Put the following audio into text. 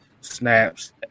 snaps